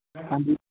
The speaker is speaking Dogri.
हां जी